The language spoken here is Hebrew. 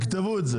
שיכתבו את זה.